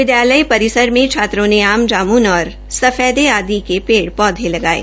विधालय परिसर में छात्रों ने आम जामून और सफेटे आदि के पेड़ पौधे लगाये